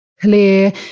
Clear